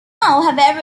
however